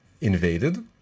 invaded